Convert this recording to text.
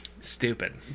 Stupid